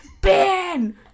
Ben